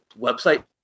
website